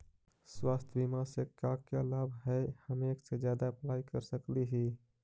स्वास्थ्य बीमा से का क्या लाभ है हम एक से जादा अप्लाई कर सकली ही?